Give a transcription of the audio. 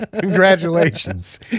Congratulations